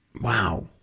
Wow